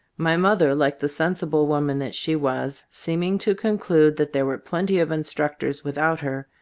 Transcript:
my mother, like the sensible woman that she was, seeming to conclude that there were plenty of instructors with out her,